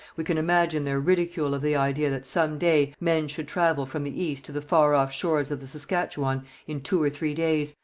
we can imagine their ridicule of the idea that some day men should travel from the east to the far-off shores of the saskatchewan in two or three days,